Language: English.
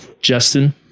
Justin